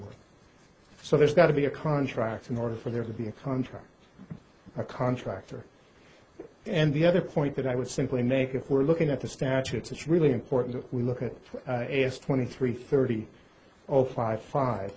certain so there's got to be a contract in order for there to be a contract or contractor and the other point that i would simply make if we're looking at the statutes it's really important that we look at it as twenty three thirty zero five five